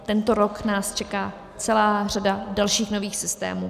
Tento rok nás čeká celá řada dalších nových systémů.